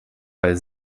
weil